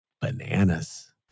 bananas